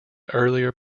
earlier